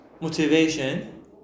motivation